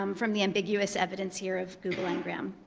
um from the ambiguous evidence here of google ngram.